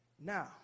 Now